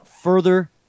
further